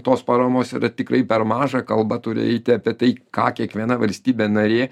tos paramos yra tikrai per maža kalba turi eiti apie tai ką kiekviena valstybė narė